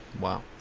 Wow